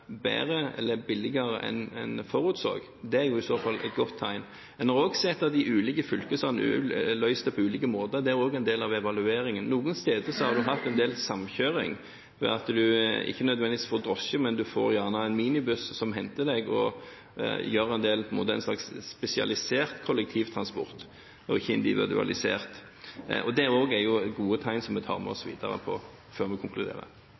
bedre eller billigere enn det vi forutså, er jo i så fall et godt tegn. En har også sett at de ulike fylkene har løst det på ulike måter, og det er også en del av evalueringen. Noen steder har en hatt en del samkjøring ved at en ikke nødvendigvis får drosje, men gjerne får en minibuss som henter deg – en slags spesialisert kollektivtransport, og ikke individualisert – og dette er jo også gode tegn som vi tar med oss videre før vi konkluderer.